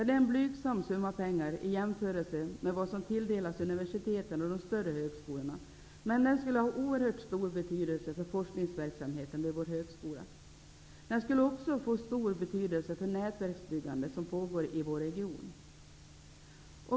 Det är en blygsam summa pengar i jämförelse med vad som tilldelas universiteten och de större högskolorna, men den skulle ha oerhört stor betydelse för forskningsverksamheten vid vår högskola. Pengarna skulle också få stor betydelse för det nätverksbyggande som pågår i vår region.